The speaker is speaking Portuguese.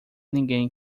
ninguém